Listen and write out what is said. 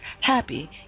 happy